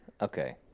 okay